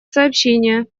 сообщения